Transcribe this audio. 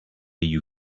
you